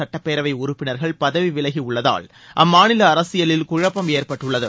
சட்டப்பேரவை உறுப்பினர்கள் பதவி விலகி உள்ளதால் அம்மாநில அரசியலில் குழப்பம் ஏற்பட்டுள்ளது